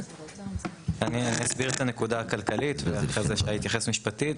אני אסביר את הנקודה הכלכלית ואחרי זה שי יתייחס משפטית.